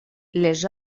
les